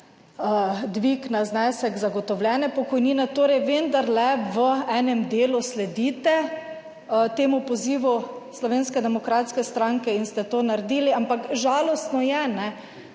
dvig na znesek zagotovljene pokojnine, torej vendarle v enem delu sledite temu pozivu Slovenske demokratske stranke in ste to naredili, ampak žalostno je,